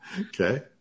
Okay